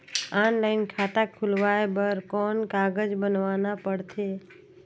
Online खाता खुलवाय बर कौन कागज बनवाना पड़थे?